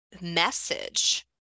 message